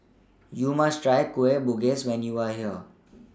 YOU must Try Kueh Bugis when YOU Are here